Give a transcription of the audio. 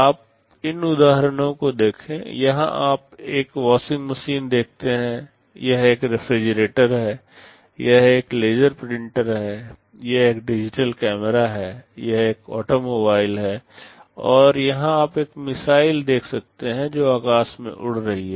आप इन उदाहरणों को देखें यहां आप एक वॉशिंग मशीन देखते हैं यह एक रेफ्रिजरेटर है यह एक लेजर प्रिंटर है यह एक डिजिटल कैमरा है यह एक ऑटोमोबाइल है और यहां आप एक मिसाइल देख सकते हैं जो आकाश से उड़ रही है